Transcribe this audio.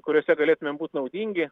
kuriose galėtumėme būt naudingi